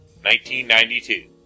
1992